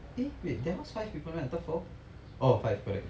eh wait their house five people meh I thought four oh five correct